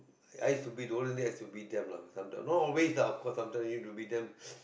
I used to beat whole day I used to beat them not always lah of course I used to beat them